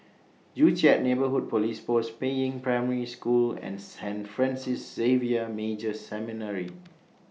Joo Chiat Neighbourhood Police Post Peiying Primary School and Saint Francis Xavier Major Seminary